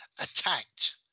attacked